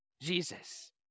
jesus